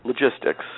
Logistics